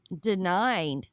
denied